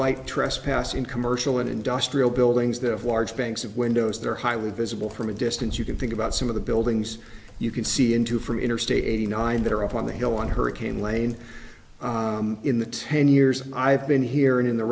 like trespassing commercial and industrial buildings that have large banks of windows they're highly visible from a distance you can think about some of the buildings you can see into from interstate eighty nine that are up on the hill on hurricane lane in the ten years i've been here and in the